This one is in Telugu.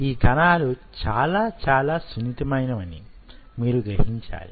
ఈ కణాలు చాలా చాలా సున్నితమైనవని మీరు గ్రహించాలి